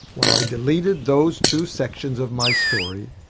when i deleted those two sections of my story,